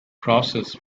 process